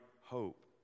hope